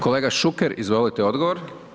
Kolega Šuker, izvolite odgovor.